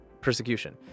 persecution